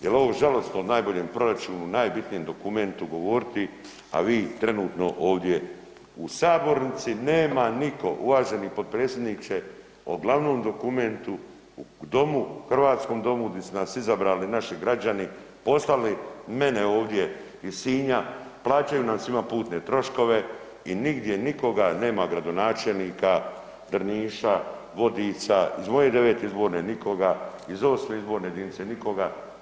Jel ovo žalosno o najboljem proračunu, najbitnijem dokumentu govoriti, a vi trenutno ovdje u sabornici nema niko uvaženi potpredsjedniče o glavnom dokumentu u domu, hrvatskom domu gdje su nas izabrali naši građani postavili mene ovdje iz Sinja, plaćaju nam svima putne troškove i nigdje nikoga nema gradonačelnika Drniša, Vodica, iz moje 9. izborne nikoga, iz 8. izborne jedinice nikoga.